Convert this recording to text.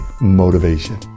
motivation